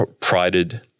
prided